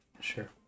Sure